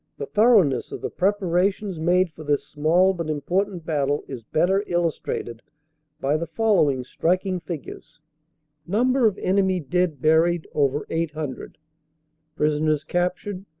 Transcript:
the thoroughness of the preparations made for this small but important battle is better illustrated by the following striking figures number of enemy dead buried, over eight hundred prisoners captured,